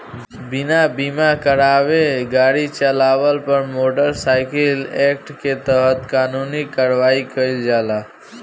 बिना बीमा करावले गाड़ी चालावला पर मोटर साइकिल एक्ट के तहत कानूनी कार्रवाई कईल जाला